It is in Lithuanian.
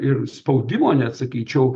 ir spaudimo net sakyčiau